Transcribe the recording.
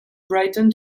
brighton